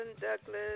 Douglas